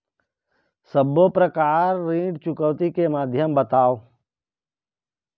सब्बो प्रकार ऋण चुकौती के माध्यम बताव?